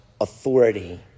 authority